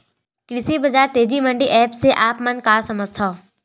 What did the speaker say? कृषि बजार तेजी मंडी एप्प से आप मन का समझथव?